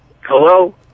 Hello